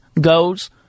goes